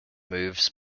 moves